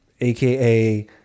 AKA